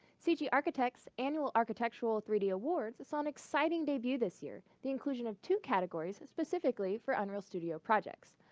cg architect's annual architectural three d awards saw an exciting debut this year. the inclusion of two categories, specifically for unreal studio projects.